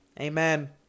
Amen